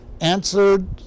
answered